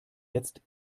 jetzt